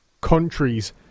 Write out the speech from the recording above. countries